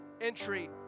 entry